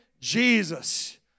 Jesus